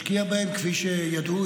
השקיעה בהם כפי שידעו.